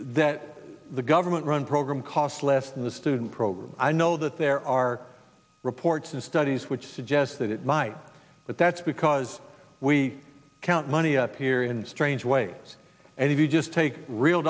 that the government run program cost less than the program i know that there are reports and studies which suggest that it might but that's because we count money up here in strange ways and if you just take real